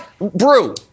brew